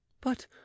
But